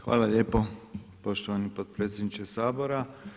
Hvala lijepo poštovani potpredsjedniče Sabora.